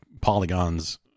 Polygon's